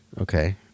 okay